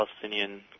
Palestinian